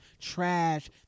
trash